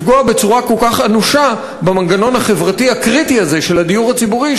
לפגוע בצורה כל כך אנושה במנגנון החברתי הקריטי הזה של הדיור הציבורי,